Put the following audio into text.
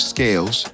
Scales